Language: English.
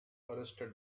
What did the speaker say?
arrested